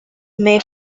may